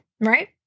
right